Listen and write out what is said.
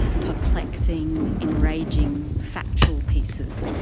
perplexing, enraging factual pieces,